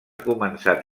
començat